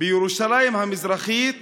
בירושלים המזרחית